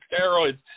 steroids